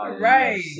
Right